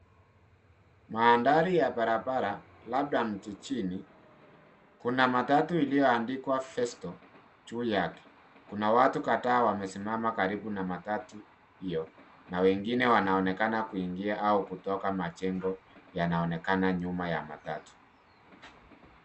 Mandhari ya barabara labda jijini kuna matatu iliyoandikwa Festal juu yake kuna watu kadhaa wamesimama karibu na matatu hio na wengine wanaonekana kuingia au kutoka majengo yanaonekana nyuma ya matatu.